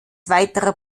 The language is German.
weiterer